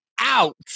out